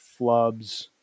flubs